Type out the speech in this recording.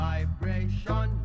Vibration